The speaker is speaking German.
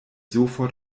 sofort